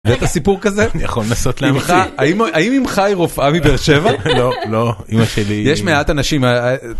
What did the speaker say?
סיפור כזה? אני יכול לנסות להמציא. האם אמך היא רופאה מבאר שבע? לא. לא. אמא שלי... יש מעט אנשים